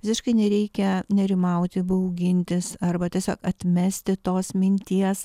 visiškai nereikia nerimauti baugintis arba tiesiog atmesti tos minties